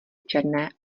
černé